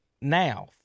Now